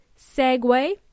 segway